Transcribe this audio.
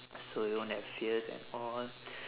so you won't have fears and all